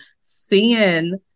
seeing